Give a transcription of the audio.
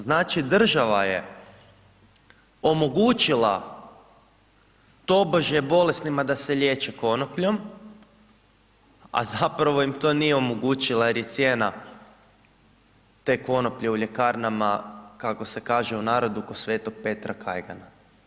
Znači država je omogućila tobožnje bolesnima da se liječe konopljom, a zapravo im to nije omogućila jer je cijena te konoplje u ljekarnama, kako se kaže u narodu ko Sveta Petra kajgana.